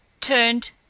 turned